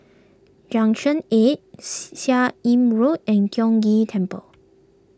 Junction eight Seah Im Road and Tiong Ghee Temple